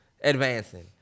advancing